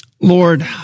Lord